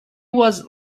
was